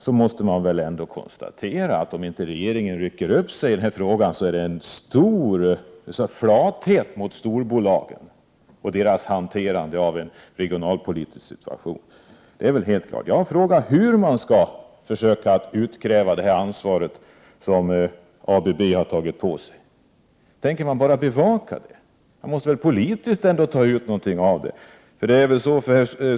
Vi måste väl ändå konstatera att om inte regeringen rycker upp sig i den här frågan, så visar den en stor flathet mot storbolagen och deras hanterande av en regionalpolitisk situation — det är väl helt klart. Jag har frågat hur man skall försöka utkräva det här ansvaret som ABB har tagit på sig. Tänker man bara bevaka det? Man måste väl ändå politiskt göra någonting.